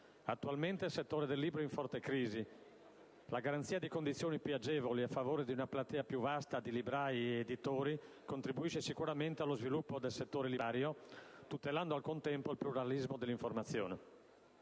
Attualmente il settore del libro è in forte crisi. La garanzia di condizioni più agevoli a favore di una platea più vasta di librai e di editori contribuisce sicuramente allo sviluppo del settore librario, tutelando al contempo il pluralismo dell'informazione.